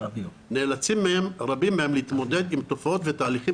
נאלצים רבים מהם להתמודד עם תופעות ותהליכים